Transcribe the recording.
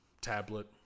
tablet